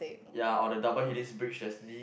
ya or the double helix bridge that's